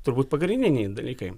turbūt pagrindiniai dalykai